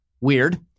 weird